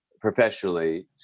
professionally